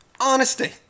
Honesty